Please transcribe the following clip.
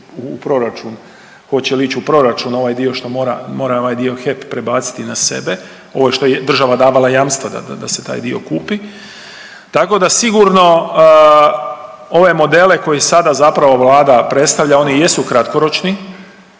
u proračun, hoće li ić u proračun ovaj dio što mora, mora ovaj dio HEP prebaciti na sebe, ovo što je država davala jamstva da se taj dio kupi, tako da sigurno ove modele koje sada zapravo vlada predstavlja oni jesu kratkoročni,